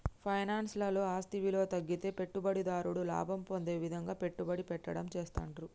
finance లలో ఆస్తి విలువ తగ్గితే పెట్టుబడిదారుడు లాభం పొందే విధంగా పెట్టుబడి పెట్టడం చేస్తాండ్రు